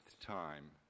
time